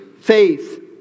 faith